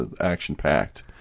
action-packed